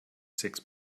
six